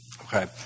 Okay